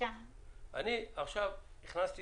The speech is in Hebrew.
אני הכנסתי